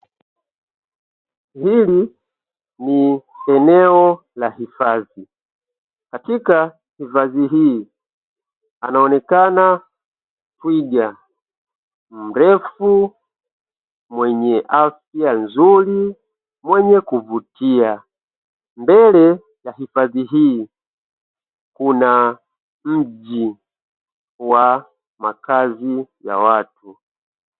Hili ni eneo la hifadhi, katika hifadhi hii anaonekana twiga mrefu mwenye afya nzuri mwenye kuvutia. Mbele ya hifadhi hii kuna mji wa makazi ya watu.